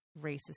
racist